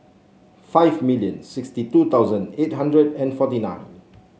five million sixty two thousand eight hundred and forty nine